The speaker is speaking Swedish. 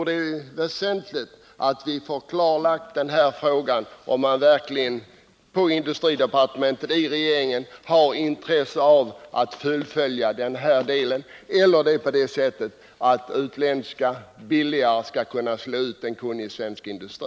Det är väsentligt att vi får klarlagt om industridepartementet och regeringen verkligen har intresse av att fullfölja denna del — eller skall en billigare utländsk industri kunna slå ut en kunnig svensk industri?